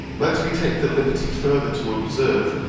let me take the liberty further to observe,